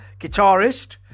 guitarist